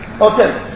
Okay